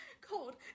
cold